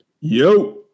Yo